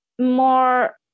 more